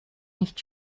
nicht